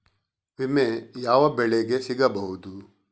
ವಿಮೆ ಯಾವ ಬೆಳೆಗೆ ಸಿಗಬಹುದು?